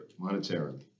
monetarily